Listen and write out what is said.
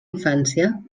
infància